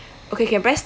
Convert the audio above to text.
okay can press